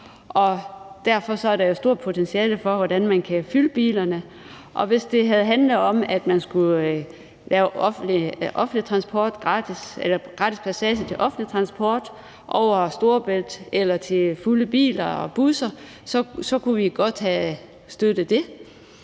derfor er et stort potentiale for, hvordan man kan fylde bilerne. Hvis det havde handlet om, at man skulle lave gratis passage til offentlig transport over Storebælt eller til fulde biler og busser, så kunne vi godt have støttet det.